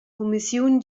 cumissiun